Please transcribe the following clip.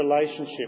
relationship